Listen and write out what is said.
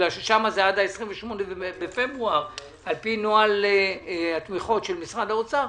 כי שם זה עד 28.2 לפי נוהל התמיכות של משרד האוצר,